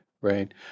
Right